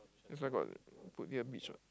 that's why got put here beach [what]